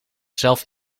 zelf